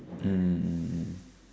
mm mm mm